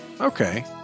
Okay